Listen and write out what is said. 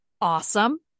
awesome